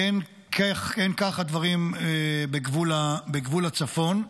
אין כך הדברים בגבול הצפון,